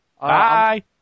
Bye